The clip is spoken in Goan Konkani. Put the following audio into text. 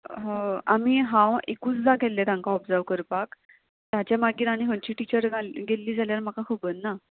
आमी हांव एकूचदा गेल्लें तांकां ऑब्जर्व करपाक ताचे मागीर आनी खंयची टिचर गेल्ली जाल्यार म्हाका खबर ना